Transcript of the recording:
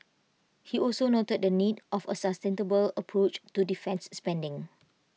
he also noted the need of A sustainable approach to defence spending